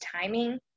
timing